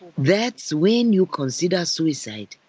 that's when you consider suicide.